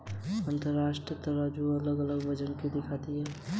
अंतर्राष्ट्रीय धन हस्तांतरण को कौन नियंत्रित करता है?